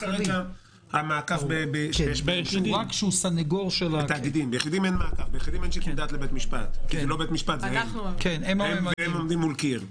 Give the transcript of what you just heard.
ביחידים אין מעקב, והם עומדים מול קיר.